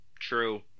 true